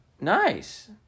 Nice